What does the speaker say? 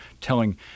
telling